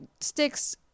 sticks